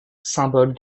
symbole